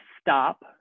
stop